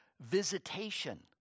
visitation